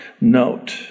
note